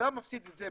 כשאתה מפסיד את זה,